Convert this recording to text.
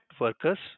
workers